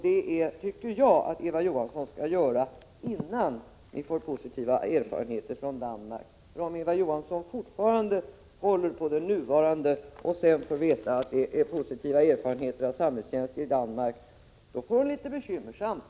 Det tycker jag att Eva Johansson skall göra innan vi får positiva erfarenheter från Danmark. För om Eva Johansson fortfarande håller på det nuvarande systemet och sedan får veta att man har gjort positiva erfarenheter av samhällstjänst i Danmark får hon det litet bekymmersamt.